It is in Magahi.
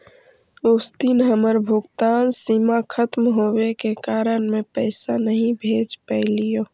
उस दिन हमर भुगतान सीमा खत्म होवे के कारण में पैसे नहीं भेज पैलीओ